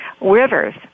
rivers